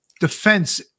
defense